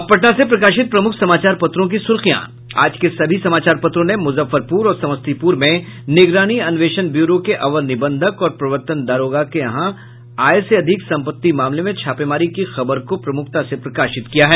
अब पटना से प्रकाशित प्रमुख समाचार पत्रों की सुर्खियां आज के सभी समाचार पत्रों ने मुजफ्फरपुर और समस्तीपुर में निगरानी अन्वेषण ब्यूरो के अवर निबंधक और प्रवर्तन दारोगा के यहां आय से अधिक संपत्ति मामले में छापेमारी की खबर को प्रमुखता से प्रकाशित किया है